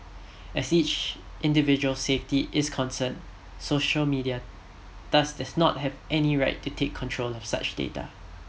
as each individual's safety is concern social media thus does not have any right to take control of such data